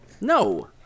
No